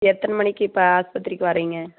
எத்தனை மணிக்கு இப்போ ஆஸ்பத்திரிக்கு வர்றீங்க